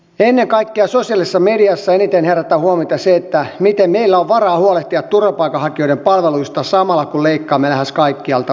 ennen kaikkea sosiaalisessa mediassa eniten herättää huomiota se miten meillä on varaa huolehtia turvapaikanhakijoiden palveluista samalla kun leikkaamme lähes kaikkialta muualta